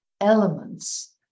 elements